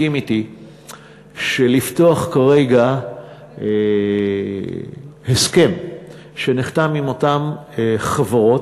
שכרגע בפתיחת הסכם שנחתם עם אותן חברות,